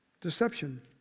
Deception